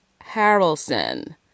Harrelson